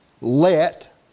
Let